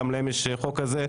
גם להם יש חוק כזה,